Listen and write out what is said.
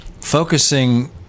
focusing